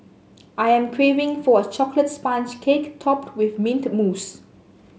I am craving for a chocolate sponge cake topped with mint mousse